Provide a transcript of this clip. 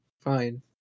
fine